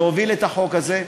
להוביל את החוק הזה.